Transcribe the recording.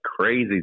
crazy